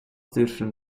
dürfen